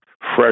fresh